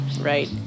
right